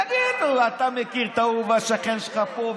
יגידו: אתה מכיר את ההוא והשכן שלך פה,